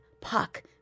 Puck